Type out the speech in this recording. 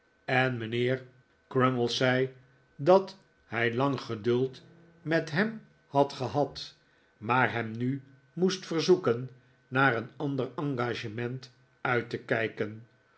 en mijnheer crummies zei dat hij lang geduld met hem had gehad maar hem nu moest ver zoeken naar een ander engagement uit te kijken